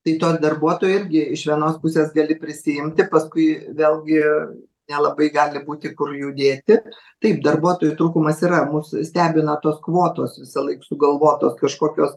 tai to darbuotojo irgi iš vienos pusės gali prisiimti paskui vėlgi nelabai gali būti kur jų dėti taip darbuotojų trūkumas yra mus stebina tos kvotos visąlaik sugalvotos kažkokios